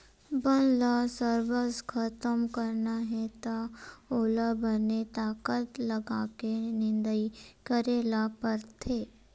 बन ल सरबस खतम करना हे त ओला बने ताकत लगाके निंदई करे ल परथे